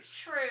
True